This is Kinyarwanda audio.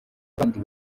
abandi